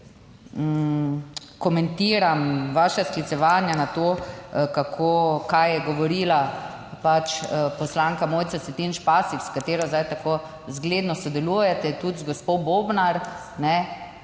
komentiram vaša sklicevanja na to kako, kaj je govorila pač poslanka Mojca Šetinc Pašek, s katero zdaj tako zgledno sodelujete, tudi z gospo Bobnar. Vemo,